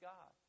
God